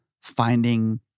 finding